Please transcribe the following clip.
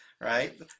Right